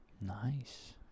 Nice